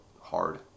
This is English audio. hard